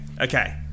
Okay